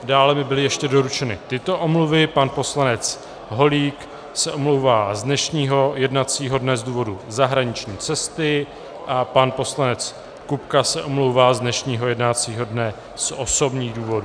Dále mi byly ještě doručeny tyto omluvy: Pan poslanec Holík se omlouvá z dnešního jednacího dne z důvodu zahraniční cesty a pan poslanec Kupka se omlouvá z dnešního jednacího dne z osobních důvodů.